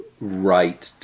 right